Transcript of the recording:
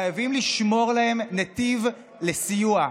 חייבים לשמור להם נתיב לסיוע.